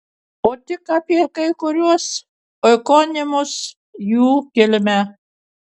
o tik apie kai kuriuos oikonimus jų kilmę